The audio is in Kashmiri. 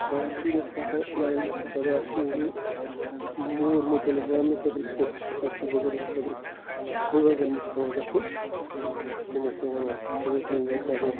خاص سیٖریَسا کانٛہہ علاج یُس اَسہِ پَتہ آسہِ کہِ مور متعلق جانٛنہٕ خٲطرٕ چھِ أسۍ کینٛژھن بُزرگَن خٲطرٕ بُزرگَن نِش پٮ۪وان گژھُن یِم اَسہِ یِم وَنان چھِ پرٛٲنۍ پرٛٲنۍ گَرِ چھِ آسان